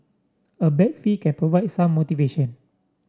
a bag fee can provide some motivation